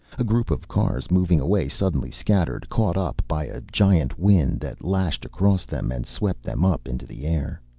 a group of cars moving away suddenly scattered, caught up by a giant wind that lashed across them and swept them up into the air.